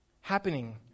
happening